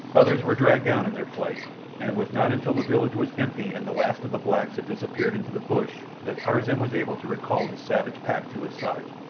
others were dragged down in their flight, and it was not until the village was empty and the last of the blacks had disappeared into the bush that tarzan was able to recall his savage pack to his side.